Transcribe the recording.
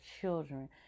children